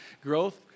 Growth